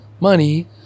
money